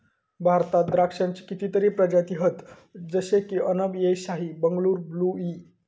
भारतात द्राक्षांची कितीतरी प्रजाती हत जशे की अनब ए शाही, बंगलूर ब्लू ई